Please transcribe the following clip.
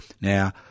now